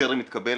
טרם התקבל,